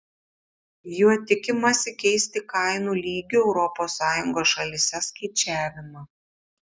juo tikimasi keisti kainų lygių europos sąjungos šalyse skaičiavimą